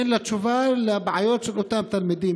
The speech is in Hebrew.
אין להם תשובה לבעיות של אותם תלמידים.